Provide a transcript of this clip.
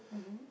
mmhmm